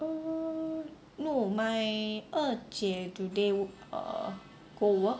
err no my 二姐 today wo~ uh go work